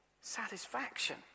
satisfaction